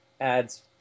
adds